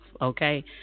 okay